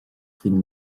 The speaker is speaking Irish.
faoin